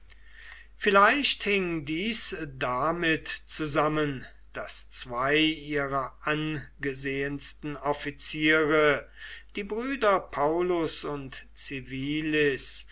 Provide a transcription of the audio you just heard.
vielleicht hing dies damit zusammen daß zwei ihrer angesehensten offiziere die brüder paulus und